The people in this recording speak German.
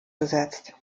besetzt